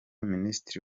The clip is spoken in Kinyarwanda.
minisitiri